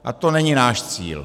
A to není náš cíl.